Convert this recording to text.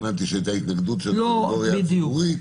הבנתי שהייתה התנגדות של הסנגוריה הציבורית.